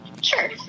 Sure